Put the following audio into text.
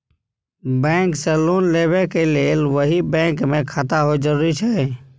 Bank से loan लेबै के लेल वही बैंक मे खाता होय जरुरी छै?